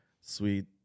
sweet